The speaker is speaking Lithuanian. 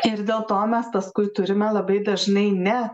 ir dėl to mes paskui turime labai dažnai ne